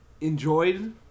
enjoyed